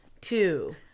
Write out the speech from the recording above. two